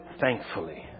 thankfully